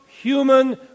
human